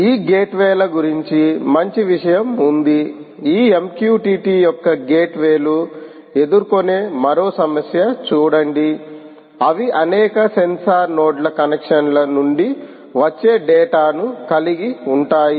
ఈ గేట్వేల గురించి మంచి విషయం ఉంది ఈ MQTT యొక్క గేట్వేలు ఎదుర్కొనే మరో సమస్య చూడండి అవి అనేక సెన్సార్ నోడ్ల కనెక్షన్ల నుండి వచ్చే డేటా ను కలిగి ఉంటాయ